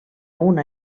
una